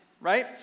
right